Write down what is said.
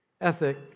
ethic